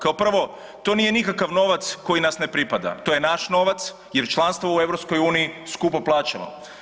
Kao prvo to nije nikakav novac koji nas ne pripada, to je naš novac jer članstvo u EU skupo plaćamo.